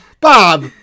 Bob